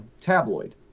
tabloid